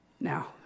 Now